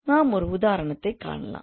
நாம் ஒரு உதாரணத்தைக் காணலாம்